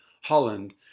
Holland